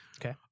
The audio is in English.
Okay